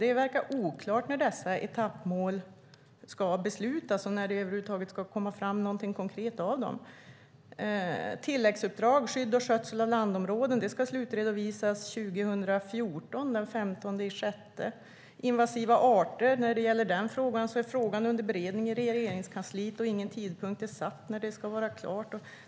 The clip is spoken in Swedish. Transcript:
Det verkar oklart när dessa etappmål ska beslutas och när det över huvud taget ska komma fram någonting konkret av dem. Tilläggsuppdraget om skydd och skötsel av landområden ska slutredovisas den 15 juni 2014. Frågan om invasiva arter är under beredning i Regeringskansliet, och det är inte satt någon tidpunkt när det ska vara klart.